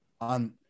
on